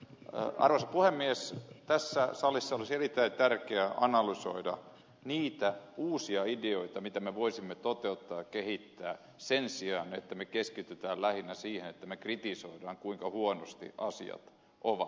ja paras puhemies hassan oli olisi erittäin tärkeää analysoida niitä uusia ideoita joita me voisimme toteuttaa ja kehittää sen sijaan että me keskitymme lähinnä siihen että me kritisoimme kuinka huonosti asiat ovat